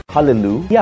Hallelujah